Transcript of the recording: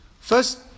First